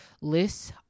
lists